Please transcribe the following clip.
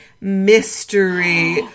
mystery